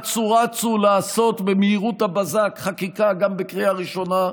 אצו-רצו לעשות במהירות הבזק חקיקה גם בקריאה ראשונה,